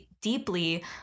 deeply